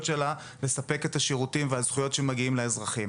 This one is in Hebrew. שלה לספר את השירותים והזכויות שמגיעים לאזרחים.